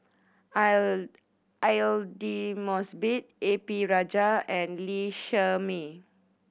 Aidli Mosbit A P Rajah and Lee Shermay